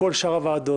מכל שאר הוועדות.